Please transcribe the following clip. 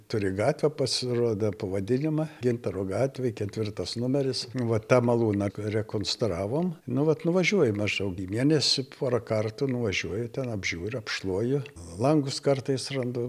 turi gatvę pasirodo pavadinimą gintaro gatvė ketvirtas numeris nu vat tą malūną rekonstravom nu vat nuvažiuoju maždaug į mėnesį porą kartų nuvažiuoju ten apžiūriu apšluoju langus kartais randu